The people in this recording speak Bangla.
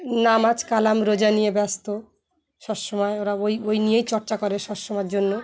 নামাজ কালাম রোজা নিয়ে ব্যস্ত সব সমময় ওরা ওই ওই নিয়েই চর্চা করে সবসময়ের জন্য